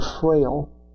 frail